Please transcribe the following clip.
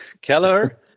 Keller